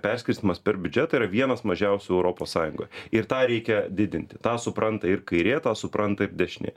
perskirstymas per biudžetą yra vienas mažiausių europos sąjungoj ir tą reikia didinti tą supranta ir kairė tą supranta ir dešinė